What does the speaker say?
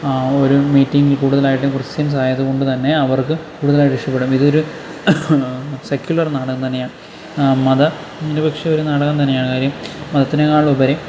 ഒരു മീറ്റിംഗ് കൂടുതലായിട്ടും ക്രിസ്ത്യൻസ് ആയതുകൊണ്ട് തന്നെ അവർക്ക് കൂടുതലായിട്ട് ഇഷ്ടപ്പെടും ഇതൊരു സെക്കുലർ നാടകം തന്നെയാണ് ആ മതിനിരപേക്ഷ ഒരു നാടകം തന്നെയാണ് കാര്യം മതത്തിനെക്കാളുപരി